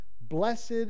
blessed